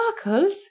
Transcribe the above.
sparkles